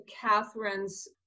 Catherine's